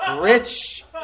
rich